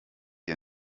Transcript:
ihr